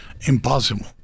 impossible